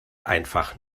einfach